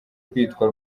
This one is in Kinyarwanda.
kwiyita